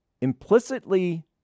implicitly